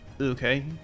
Okay